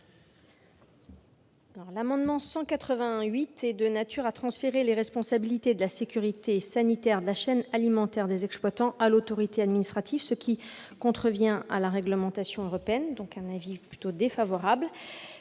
L'amendement n° 188 est de nature à transférer les responsabilités de la sécurité sanitaire de la chaîne alimentaire des exploitants à l'autorité administrative, ce qui contrevient à la réglementation européenne. La commission y est donc défavorable.